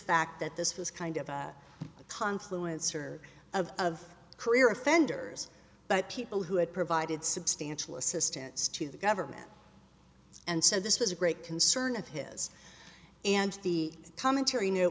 fact that this was kind of a confluence or of of career offenders but people who had provided substantial assistance to the government and so this was a great concern of his and the commentary knew